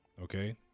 Okay